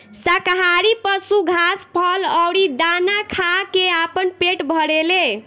शाकाहारी पशु घास, फल अउरी दाना खा के आपन पेट भरेले